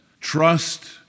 trust